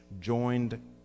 joined